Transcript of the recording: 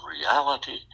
reality